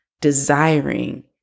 Desiring